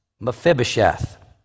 Mephibosheth